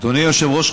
אדוני היושב-ראש,